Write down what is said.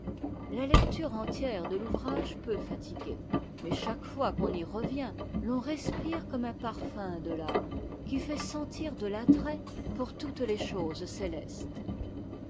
la lecture entière de l'ouvrage peut fatiguer mais chaque fois qu'on y revient l'on respire comme un parfum de l'âme qui fan sentir de l'attrait pour toutes les choses célestes